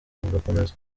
bugakomeza